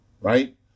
right